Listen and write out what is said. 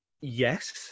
yes